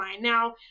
Now